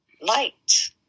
light